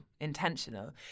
intentional